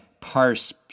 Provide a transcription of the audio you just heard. parse